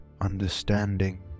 understanding